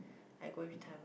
I go it time